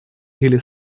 или